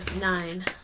nine